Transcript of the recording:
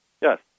Yes